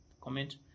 comment